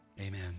Amen